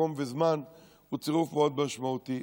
מקום וזמן הוא צירוף מאוד משמעותי,